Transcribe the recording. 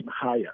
higher